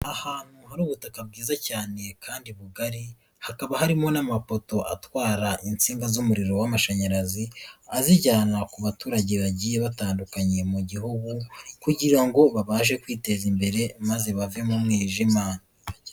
Ahantu hari ubutaka bwiza cyane kandi bugari, hakaba harimo n'amapoto atwara insinga z'umuriro w'amashanyarazi, azijyana ku baturage bagiye batandukanye mu gihugu kugira ngo babashe kwiteza imbere maze bave mu mwijima.